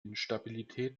instabilität